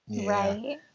Right